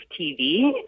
TV